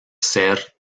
ser